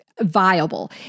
viable